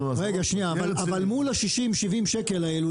אבל מול 60-70 שקלים האלו,